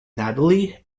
natalie